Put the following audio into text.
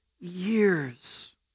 years